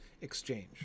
exchange